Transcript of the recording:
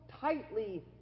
tightly